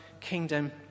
kingdom